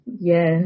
yes